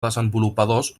desenvolupadors